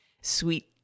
sweet